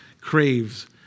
craves